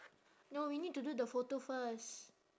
no we need to do the photo first